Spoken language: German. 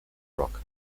rock